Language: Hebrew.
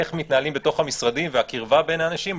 איך מתנהלים בתוך המשרדים והקרבה בין האנשים,